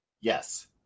Yes